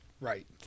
right